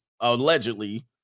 allegedly